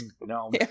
No